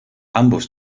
ambos